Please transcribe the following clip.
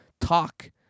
talk